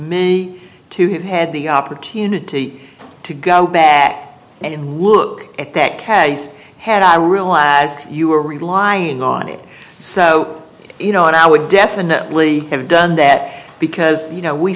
me to have had the opportunity to go back and look at that case had i realized you were relying on it so you know what i would definitely have done that because you know we